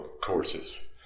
courses